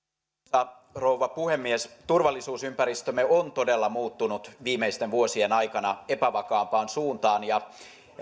arvoisa rouva puhemies turvallisuusympäristömme on todella muuttunut viimeisten vuosien aikana epävakaampaan suuntaan ja